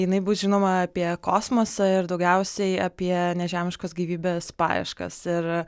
jinai bus žinoma apie kosmosą ir daugiausiai apie nežemiškos gyvybės paieškas ir